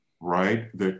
Right